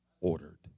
ordered